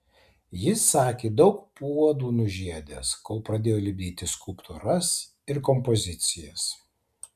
jis sakė daug puodų nužiedęs kol pradėjo lipdyti skulptūras ir kompozicijas